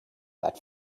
that